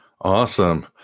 Awesome